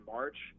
March